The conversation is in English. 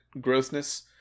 grossness